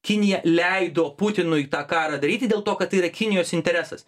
kinija leido putinui tą karą daryti dėl to kad tai yra kinijos interesas